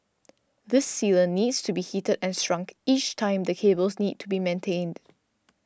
this sealant needs to be heated and shrunk each time the cables need to be maintained